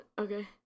okay